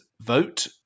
vote